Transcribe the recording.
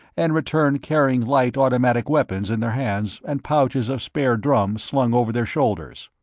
and returned carrying light automatic weapons in their hands and pouches of spare drums slung over their shoulders.